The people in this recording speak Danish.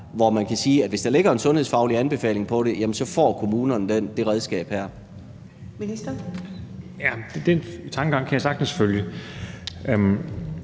hvis der ligger en sundhedsfaglig anbefaling på det, får kommunerne det redskab